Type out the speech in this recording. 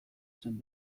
zen